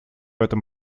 этом